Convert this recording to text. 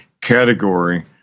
category